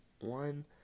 one